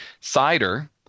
cider